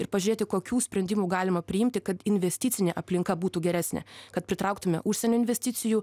ir pažiūrėti kokių sprendimų galima priimti kad investicinė aplinka būtų geresnė kad pritrauktume užsienio investicijų